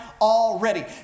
already